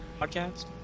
podcast